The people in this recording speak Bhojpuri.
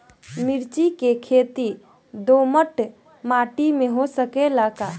मिर्चा के खेती दोमट माटी में हो सकेला का?